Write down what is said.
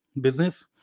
business